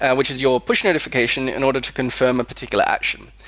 and which is your push notification in order to confirm a particular action.